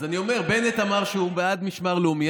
אז אני אומר שבנט אמר שהוא בעד משמר לאומי,